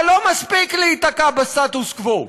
אבל לא מספיק להיתקע בסטטוס קוו,